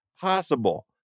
possible